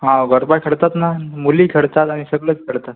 हाव गरबा खेळतात ना मुली खेळतात आणि सगळेच खेळतात